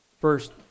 First